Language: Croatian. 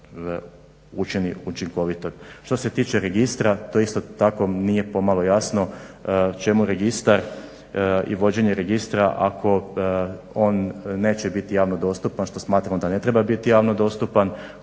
učini učinkovitim. Što se tiče registra to isto tako nije pomalo jasno čemu registar i vođenje registra ako on neće biti javno dostupan što smatramo da ne treba biti javno dostupan,